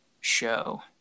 show